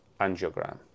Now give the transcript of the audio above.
angiogram